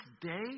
day